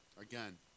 Again